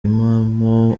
impamo